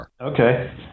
Okay